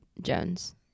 Jones